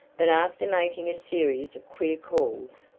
but after making a series of queer calls,